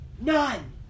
None